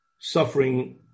suffering